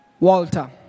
walter